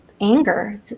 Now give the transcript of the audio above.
anger